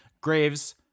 Graves